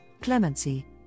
clemency